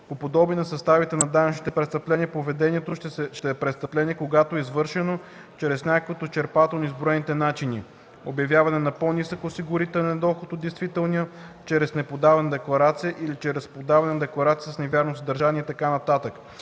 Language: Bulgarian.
По подобие на съставите на данъчните престъпления, поведението ще е престъпление, когато е извършено чрез някой от изчерпателно изброените начини – обявяване на по нисък осигурителен доход от действителния, чрез неподаване на декларация или чрез подаване на декларация с невярно съдържание и така нататък.